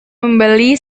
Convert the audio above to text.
membeli